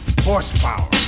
horsepower